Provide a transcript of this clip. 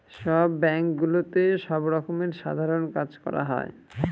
সব ব্যাঙ্কগুলোতে সব রকমের সাধারণ কাজ করা হয়